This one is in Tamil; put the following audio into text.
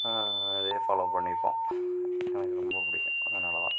இதே ஃபாலோவ் பண்ணிப்போம் எனக்கு ரொம்ப பிடிக்கும் அதனால் தான் ஃபோட்டோஸ்